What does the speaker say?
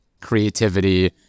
creativity